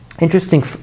Interesting